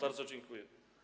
Bardzo dziękuję.